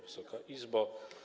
Wysoka Izbo!